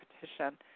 petition